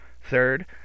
Third